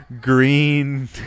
green